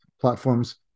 platforms